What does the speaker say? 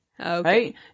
Right